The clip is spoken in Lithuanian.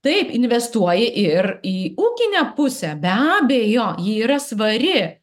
taip investuoji ir į ūkinę pusę be abejo ji yra svari